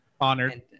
Honored